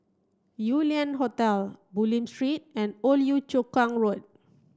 Yew Lian Hotel Bulim Street and Old Yio Chu Kang Road